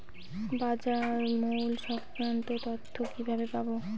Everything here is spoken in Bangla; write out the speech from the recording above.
বাজার মূল্য সংক্রান্ত তথ্য কিভাবে পাবো?